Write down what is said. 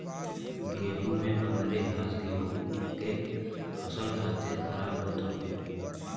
गेंहू में बनरी घास गेंहू के फसल खातिर खराब होत हउवे